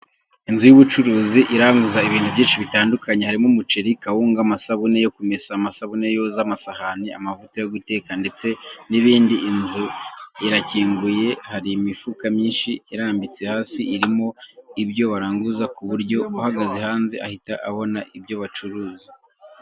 Inzu y'ubucuruzi, iranguza ibintu byinshi bitandukanye, harimo umuceri, kawunga, amasabune yo kumesa, amasabune yoza amasahane, amavuta yo guteka ndetse n'ibindi. Inzu irakinguye, hari imifuka myinshi irambitse hasi, irimo ibyo baranguza ku buryo uhagaze hanze ahita abona ibyo bacuruza.